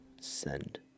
send